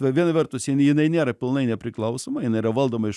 viena vertus jinai nėra pilnai nepriklausoma jinai yra valdoma iš